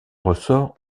ressort